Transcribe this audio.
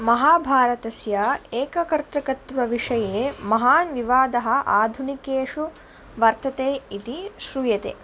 महाभारतस्य एककर्तृकत्वविषये महान् विवादः आधुनिकेषु वर्तते इति श्रूयते